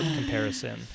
comparison